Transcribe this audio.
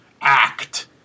act